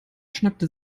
schnappte